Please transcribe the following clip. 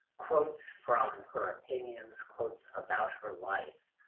quotes from her opinions, quotes about her life.